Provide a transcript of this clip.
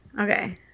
Okay